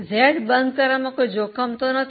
Z બંધ કરવામાં કોઈ જોખમ તો નથી